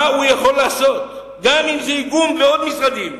מה הוא יכול לעשות, גם אם זה איגום מעוד משרדים?